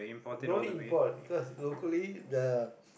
no need import because locally the